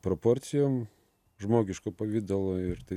proporcijom žmogiško pavidalo ir tai